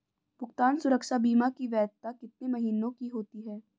भुगतान सुरक्षा बीमा की वैधता कितने महीनों की होती है?